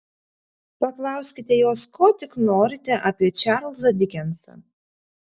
paklauskite jos ko tik norite apie čarlzą dikensą